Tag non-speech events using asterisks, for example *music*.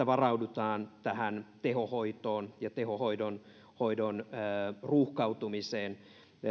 *unintelligible* varaudutaan myös tähän tehohoitoon ja tehohoidon ruuhkautumiseen